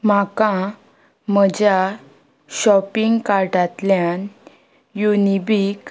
म्हाका म्हज्या शॉपिंग कार्टांतल्यान युनिबीक